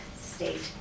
state